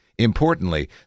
Importantly